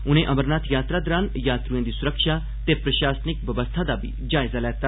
उनें अमरनाथ यात्रा दौरान यात्रएं दी सुरक्षा ते प्रशासनिक बवस्था दा बी जायजा लैता